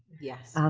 yes. um